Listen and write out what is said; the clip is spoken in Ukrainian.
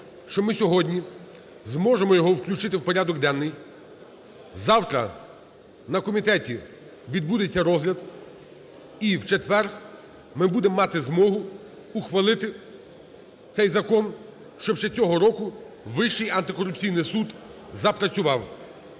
що ми сьогодні зможемо його включити у порядок денний. Завтра на комітеті відбудеться розгляд. І у четвер ми будемо мати змогу ухвалити цей закон, щоб ще цього року Вищий антикорупційний суд запрацював.